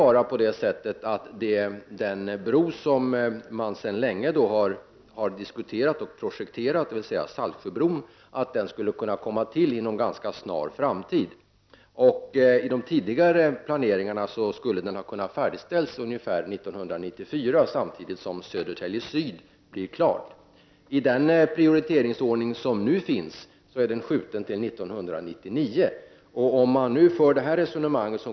Den bro som man sedan länge har diskuterat och som är projekterad, dvs. Saltsjöbron, borde kunna komma till inom ganska nära framtid. Enligt de tidigare planeringarna skulle den ha kunnat färdigställas ungefär 1994, samtidigt som Södertälje syd blir klar. I den prioritering som nu finns är den skjuten fram till 1999.